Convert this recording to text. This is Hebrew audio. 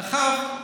עכשיו,